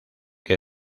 que